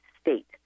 state